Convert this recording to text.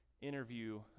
interview